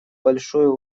большую